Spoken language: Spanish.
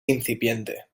incipiente